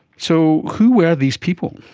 so who were these people?